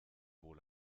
wohl